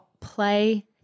play